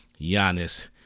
Giannis